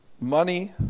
money